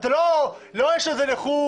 לא שיש לו איזו נכות,